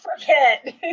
forget